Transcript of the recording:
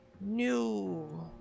New